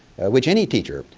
which any teacher,